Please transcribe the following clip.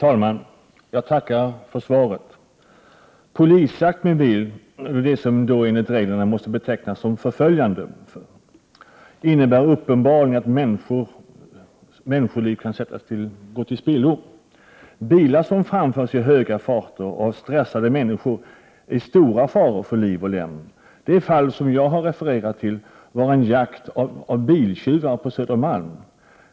Herr talman! Jag tackar för svaret. Polisjakt med bil, det som enligt reglerna måste betecknas som förföljande, innebär uppenbarligen att människoliv kan gå till spillo. Bilar som framförs i höga farter av stressade människor utgör stora faror för liv och lem. Det fall som jag har refererat till var en jakt på biltjuvar på Södermalm.